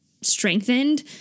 strengthened